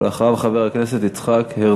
ולאחר מכן, חבר הכנסת יצחק הרצוג.